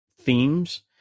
themes